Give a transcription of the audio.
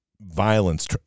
violence